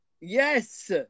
Yes